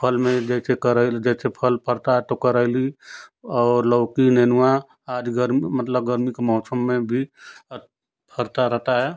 फल में जैसे करैल जैसे फल फरता है तो करैली और लौकी नेनुआ आज गर मतलब गर्मी के मौसम में भी फलता रहता है